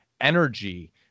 energy